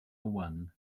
one